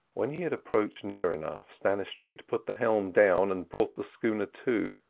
when he had approached near enough, stannistreet put the helm down and brought the schooner to,